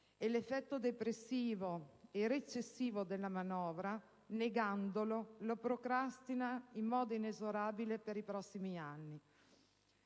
e l'effetto depressivo e recessivo della manovra, negandolo, lo procrastina in modo inesorabile per i prossimi anni.